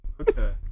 Okay